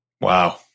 Wow